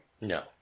no